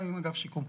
גם עם אגף שיקום.